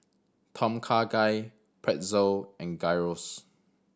Tom Kha Gai Pretzel and Gyros